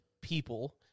people